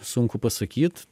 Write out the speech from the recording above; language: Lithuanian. sunku pasakyt